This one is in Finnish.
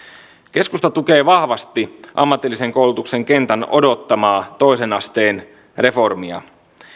keskusta tukee vahvasti ammatillisen koulutuksen kentän odottamaa toisen asteen reformia